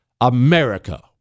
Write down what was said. America